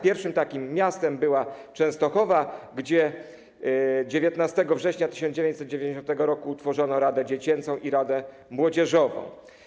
Pierwszym takim miastem była Częstochowa, gdzie 19 września 1990 r. utworzono radę dziecięcą i radę młodzieżową.